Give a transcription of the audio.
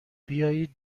بیایید